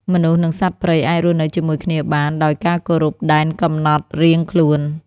មនុស្ស និងសត្វព្រៃអាចរស់នៅជាមួយគ្នាបានដោយការគោរពដែនកំណត់រៀងខ្លួន។